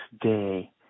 day